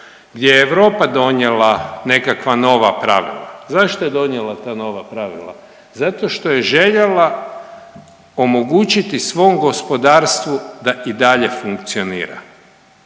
gdje je Europa donijela nekakva nova pravila, zašto je donijela ta nova pravila, zato što je željela omogućiti svom gospodarstvu da i dalje funkcionira,